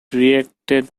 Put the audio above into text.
reacted